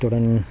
இத்துடன்